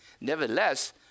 Nevertheless